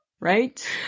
Right